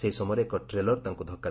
ସେହି ସମୟରେ ଏକ ଟ୍ରେଲର ତାଙ୍କୁ ଧକୁ